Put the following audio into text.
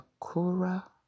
Akura